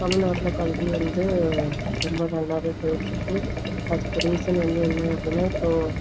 தமிழ்நாட்டில் கல்வி வந்து ரொம்ப நல்லாவே போயிட்டு இருக்குது அதுக்கு ரீசன் வந்து என்ன அப்படினா இப்போது